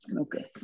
Okay